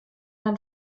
dann